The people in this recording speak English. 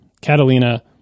Catalina